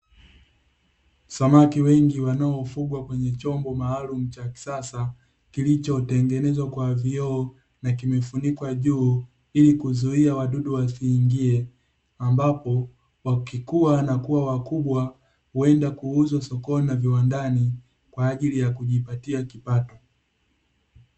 Samaki wengi wanaofungwa kwenye chombo maalumu cha kisasa, kilicho tengenezwa kwa vioo na kimefunikwa juu ili kuzuia wadudu wasiingie, apambapo wakikua na kuwa wakubwa huenda kuuzwa sokoni na viwandani kwaajili ya kujipatia kipato.